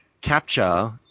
capture